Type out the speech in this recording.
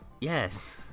Yes